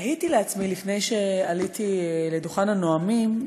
לפני שעליתי לדוכן הנואמים,